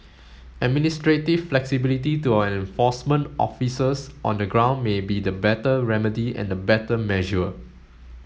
administrative flexibility to our enforcement officers on the ground may be the better remedy and the better measure